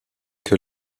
que